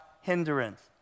hindrance